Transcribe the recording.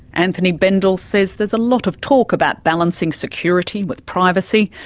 anthony bendall says there's a lot of talk about balancing security with privacy,